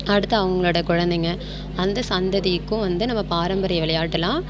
அடுத்து அவங்களோட குழந்தைங்க அந்த சந்ததிக்கும் வந்து நம்ம பாரம்பரிய விளையாட்டுலாம்